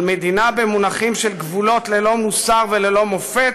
על מדינה במונחים של גבולות, ללא מוסר וללא מופת,